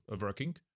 working